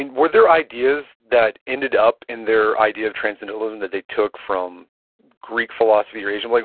and were there ideas that ended up in their idea of transcendentalism that they took from greek philosophy or asian? like